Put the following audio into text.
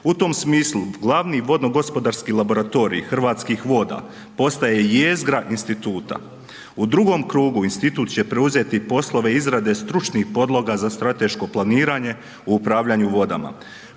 U tom smislu glavni vodnogospodarski laboratorij Hrvatskih voda postaje jezgra instituta. U drugom krugu institut će preuzeti poslove izrade stručnih podloga za strateško planiranje u upravljanju vodama.